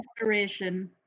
inspiration